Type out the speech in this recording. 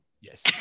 Yes